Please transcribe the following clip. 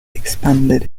expanded